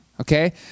okay